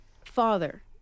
Father